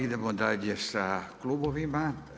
Idemo dalje sa klubovima.